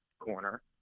corner